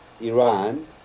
Iran